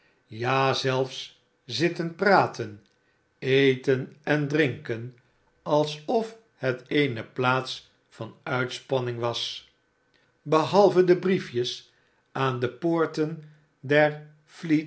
ja zelfs zitten praten eten en drinken alsof het eene plaats van uitspanning was behalve de briefjes aan de poorten